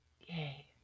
Yay